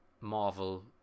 Marvel